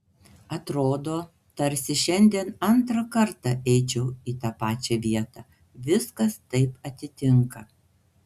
atrodo tarsi šiandien antrą kartą eičiau į tą pačią vietą viskas taip atitinka